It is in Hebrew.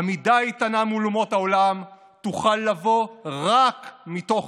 עמידה איתנה מול אומות העולם תוכל לבוא רק מתוך